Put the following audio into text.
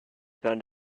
found